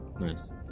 Nice